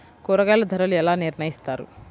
కూరగాయల ధరలు ఎలా నిర్ణయిస్తారు?